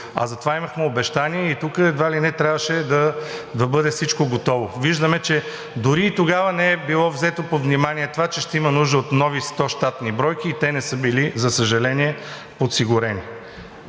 а за това имахме обещания и тук едва ли не всичко трябваше да бъде готово. Виждаме, че дори и тогава не е било взето под внимание това, че ще има нужда от нови 100 щатни бройки и те не са били подсигурени,